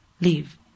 leave